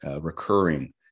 recurring